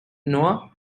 noah